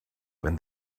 when